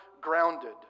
grounded